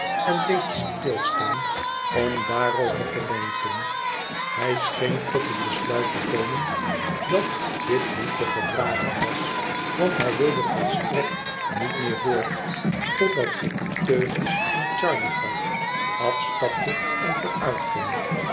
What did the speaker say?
en bleef stilstaan om daarover te denken hij scheen tot het besluit te komen dat dit niet te verdragen was want hij wilde volstrekt niet meer voort totdat ik de teugels aan charley gaf afstapte en vooruitging